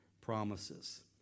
promises